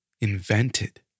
invented